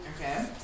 Okay